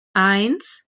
eins